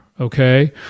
okay